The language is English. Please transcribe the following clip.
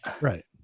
right